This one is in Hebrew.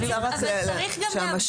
צריך להבדיל בין הדברים,